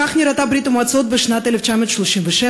כך נראתה ברית-המועצות בשנת 1937,